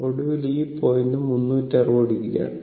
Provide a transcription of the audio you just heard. ഒടുവിൽ ഈ point 360 o ആണ്